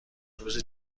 روز